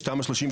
יש תמ"א 38,